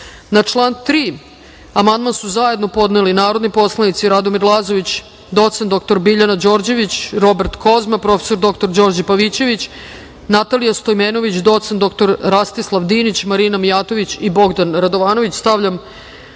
član 3. amandman su zajedno podneli narodni poslanici Radomir Lazović, doc. dr Biljana Đorđević, Robert Kozma, prof. dr Đorđe Pavićević, Natalija Stojmenović, doc. dr Rastislav Dinić, Marina Mijatović i Bogdan Radovanović. Stavljam